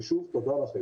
ושוב, תודה לכם.